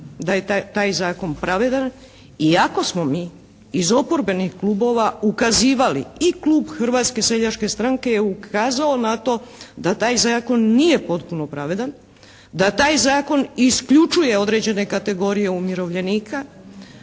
da je taj Zakon pravedan iako smo mi iz oporbenih klubova ukazivali i klub Hrvatske seljačke stranke je ukazao na to da taj Zakon nije potpuno pravedan, da taj Zakon isključuje određene kategorije umirovljenika,